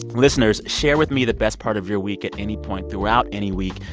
listeners, share with me the best part of your week at any point throughout any week.